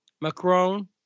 Macron